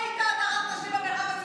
איפה ראית הדרת נשים במרחב הציבור?